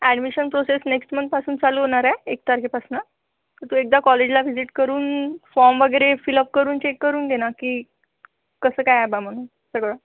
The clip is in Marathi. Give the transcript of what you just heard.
ॲडमिशन प्रोसेस नेक्स्ट मंथपासून चालू होणार आहे एक तारखेपासून तर तू एकदा कॉलेजला व्हिजीट करून फॉर्म वगैरे फिलअप करून चेक करून घे ना की कसं काय आहे बा मग सगळं